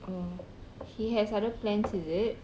oh he has other plans is it